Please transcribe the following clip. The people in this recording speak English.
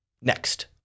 next